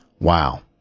Wow